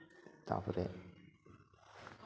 ᱛᱟᱨᱯᱚᱨᱮ